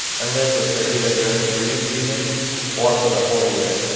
and lives with her either during the breeding-season or for the whole year,